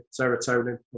serotonin